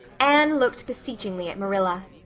anne looked beseechingly at marilla.